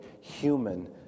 human